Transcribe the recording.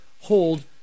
hold